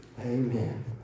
Amen